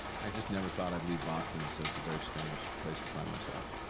i just never thought i'd leave boston, so it's a very strange place to find myself,